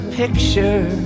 picture